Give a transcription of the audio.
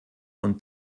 und